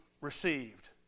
received